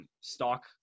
stock